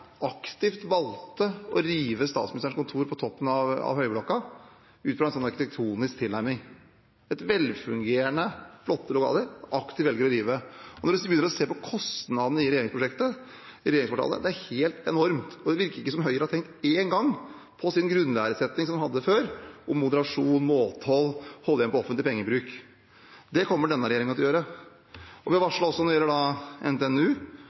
aktivt valgte å rive statsministerens kontor på toppen av Høyblokka, ut fra en arkitektonisk tilnærming. Velfungerende, flotte lokaler valgte de aktivt å rive. Hvis vi begynner å se på kostnadene prosjektet i regjeringskvartalet, er de helt enorme. Det virker ikke som om Høyre har tenkt én gang på den grunnlæresetningen de hadde før, om moderasjon, måtehold, holde igjen på offentlig pengebruk. Det kommer denne regjeringen til å gjøre. Vi har varslet det også når det gjelder